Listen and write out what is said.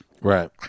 Right